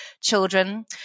children